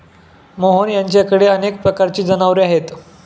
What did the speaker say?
मोहन यांच्याकडे अनेक प्रकारची जनावरे आहेत